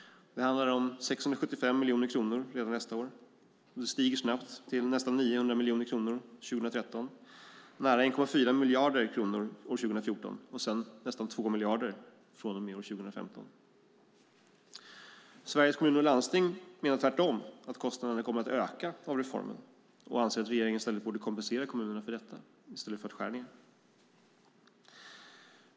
Det handlar om 675 miljoner kronor redan nästa år, och det stiger snabbt till nästan 900 miljoner kronor 2013, nära 1,4 miljarder kronor 2014 och nästan 2 miljarder från och med 2015. Sveriges Kommuner och Landsting menar tvärtom att kostnaderna kommer att öka genom reformen och anser att regeringen borde kompensera kommunerna för detta i stället för att skära ned.